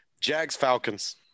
Jags-Falcons